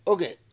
Okay